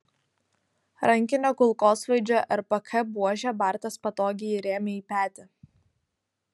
rankinio kulkosvaidžio rpk buožę bartas patogiai įrėmė į petį